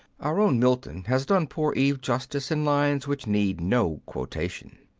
our own milton has done poor eve justice in lines which need no quotation.